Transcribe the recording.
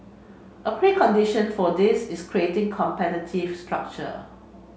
a precondition for this is creating competitive structure